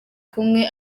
kumwe